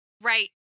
right